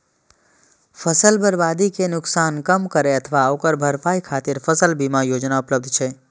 फसल बर्बादी के नुकसान कम करै अथवा ओकर भरपाई खातिर फसल बीमा योजना उपलब्ध छै